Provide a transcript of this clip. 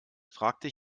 fragte